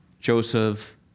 Joseph